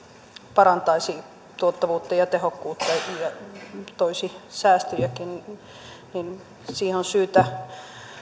parantaisi tuottavuutta ja tehokkuutta ja toisi säästöjäkin niin siihen on syytä